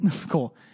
cool